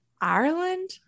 Ireland